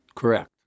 Correct